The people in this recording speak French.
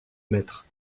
mettre